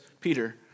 Peter